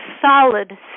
solid